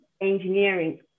Engineering